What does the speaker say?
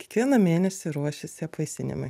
kiekvieną mėnesį ruošiasi apvaisinimui